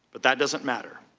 but that doesn't matter.